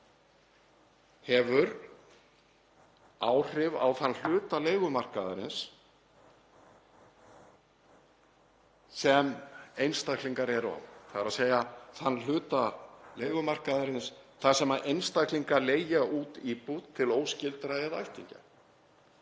hefur áhrif á þann hluta leigumarkaðarins sem einstaklingar eru á, þ.e. þann hluta leigumarkaðarins þar sem einstaklingar leigja út íbúð til óskyldra eða ættingja.